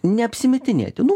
neapsimetinėti nu